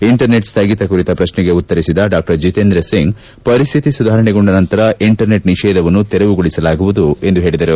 internet ಸ್ವಗಿತ ಕುರಿತ ಶ್ರಶ್ನೆಗೆ ಉತ್ತರಿಸಿದ ಡಾ ಜಿತೇಂದ್ರ ಸಿಂಗ್ ಪರಿಸ್ವಿತಿ ಸುಧಾರಣೆಗೊಂಡ ನಂತರ ಇಂಟರ್ನೆಟ್ ನಿಷೇಧವನ್ನು ತೆರವುಗೊಳಿಸಲಾಗುವುದು ಎಂದು ಹೇಳಿದರು